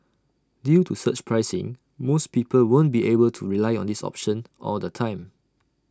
due to surge pricing most people won't be able to rely on this option all the time